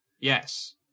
Yes